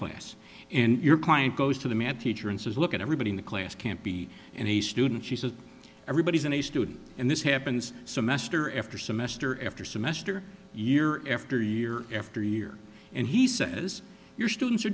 class in your client goes to the math teacher and says look at everybody in the class can't be any student she says everybody's an a student and this happens semester after semester after semester year after year after year and he says your students are